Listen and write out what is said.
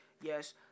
Yes